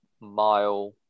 mile